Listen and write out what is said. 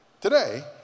Today